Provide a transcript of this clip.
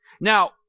Now